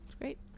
Great